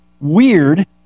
weird